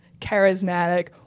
charismatic